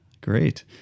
great